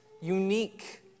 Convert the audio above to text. unique